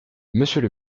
monsieur